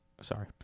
Sorry